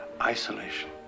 isolation